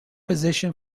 position